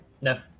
No